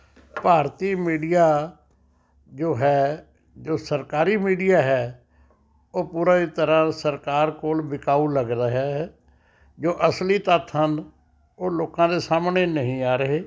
ਭਾਰਤੀ media ਜੋ ਹੈ ਜੋ ਸਰਕਾਰੀ ਮੀਡੀਆ ਹੈ ਉਹ ਪੂਰੀ ਤਰ੍ਹਾਂ ਸਰਕਾਰ ਕੋਲ ਵਿਕਾਊ ਲਗਦਾ ਹੈ ਜੋ ਅਸਲੀ ਤੱਥ ਹਨ ਉਹ ਲੋਕਾਂ ਦੇ ਸਾਹਮਣੇ ਨਹੀਂ ਆ ਰਹੇ